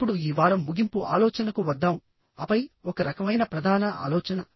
ఇప్పుడు ఈ వారం ముగింపు ఆలోచనకు వద్దాం ఆపై ఒక రకమైన ప్రధాన ఆలోచన